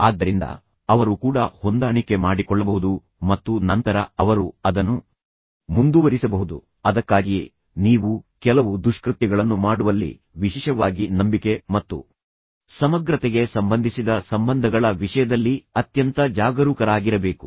ಆದ್ದರಿಂದ ಅವರು ಕೂಡ ಹೊಂದಾಣಿಕೆ ಮಾಡಿಕೊಳ್ಳಬಹುದು ಮತ್ತು ನಂತರ ಅವರು ಅದನ್ನು ಮುಂದುವರಿಸಬಹುದು ಅದಕ್ಕಾಗಿಯೇ ನೀವು ಕೆಲವು ದುಷ್ಕೃತ್ಯಗಳನ್ನು ಮಾಡುವಲ್ಲಿ ವಿಶೇಷವಾಗಿ ನಂಬಿಕೆ ಮತ್ತು ಸಮಗ್ರತೆಗೆ ಸಂಬಂಧಿಸಿದ ಸಂಬಂಧಗಳ ವಿಷಯದಲ್ಲಿ ಅತ್ಯಂತ ಜಾಗರೂಕರಾಗಿರಬೇಕು